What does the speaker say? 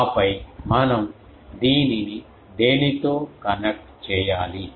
ఆపై మనం దీనిని దేనితో కనెక్ట్ చేయాలి